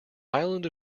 island